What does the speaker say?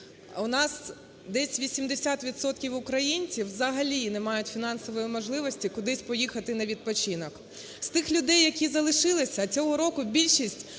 у нас десь 80 відсотків українців взагалі не мають фінансової можливості кудись поїхати на відпочинок. З тих людей, які залишилися цього року, більшість